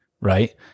right